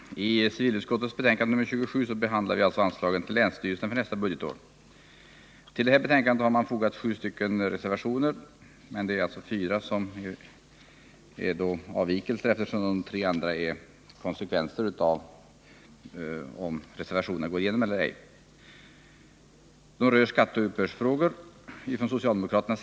Herr talman! I civilutskottets betänkande 27 behandlas anslagen till länsstyrelserna för nästa budgetår. Till betänkandet har fogats sju reservationer. I realiteten är det emellertid fråga om endast fyra reservationer, eftersom tre är s.k. konsekvensreservationer. Tre reservationer rör skatteoch uppbördsfrågor och har avgivits av socialdemokraterna.